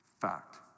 fact